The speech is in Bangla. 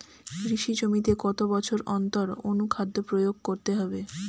কৃষি জমিতে কত বছর অন্তর অনুখাদ্য প্রয়োগ করতে হবে?